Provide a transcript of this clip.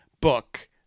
book